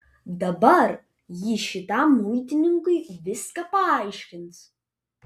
dabar ji šitam muitininkui viską paaiškins